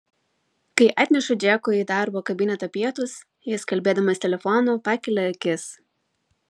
kai atnešu džekui į darbo kabinetą pietus jis kalbėdamas telefonu pakelia akis